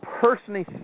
personally